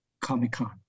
Comic-Con